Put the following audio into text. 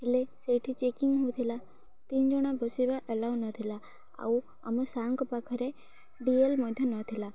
ହେଲେ ସେଇଠି ଚେକିଂ ହଉଥିଲା ତିନି ଜଣ ବସିବା ଆଲାଉ ନଥିଲା ଆଉ ଆମ ସାର୍ଙ୍କ ପାଖରେ ଡି ଏଲ୍ ମଧ୍ୟ ନଥିଲା